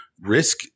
risk